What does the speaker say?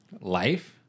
Life